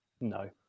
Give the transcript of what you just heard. No